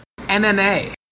MMA